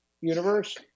universe